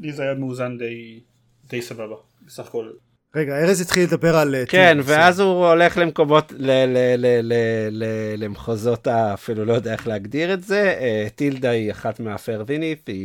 לי זה היה מאוזן די- די סבבה, בסך הכל. רגע, ארז התחיל לדבר על, אה, כן, טילדה, ואז בסדר. הוא הולך למקומות- ל- ל- ל- ל- ל- למחוזות ה- אפילו לא יודע איך להגדיר את זה. אה, טילדה היא אחת מהפארדינית, היא-